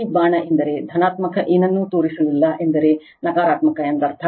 ಈ ಬಾಣ ಎಂದರೆ ಧನಾತ್ಮಕ ಏನನ್ನೂ ತೋರಿಸಲಿಲ್ಲ ಎಂದರೆ ನಕಾರಾತ್ಮಕ ಎಂದರ್ಥ